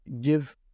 give